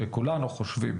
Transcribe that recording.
שכולנו חושבים